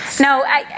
No